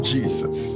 Jesus